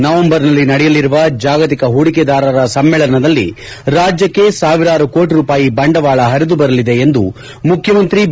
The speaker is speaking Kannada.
ನವೆಂಬರ್ನಲ್ಲಿ ನಡೆಯಲರುವ ಜಾಗತಿಕ ಪೂಡಿಕೆದಾರರ ಸಮ್ನೇಳನದಲ್ಲಿ ರಾಜ್ಯಕ್ಷೆ ಸಾವಿರಾರು ಕೋಟ ರೂಪಾಯಿ ಬಂಡವಾಳ ಪರಿದುಬರಲಿದೆ ಎಂದು ಮುಖ್ಯಮಂತ್ರಿ ಬಿ